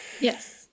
Yes